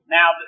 Now